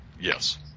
Yes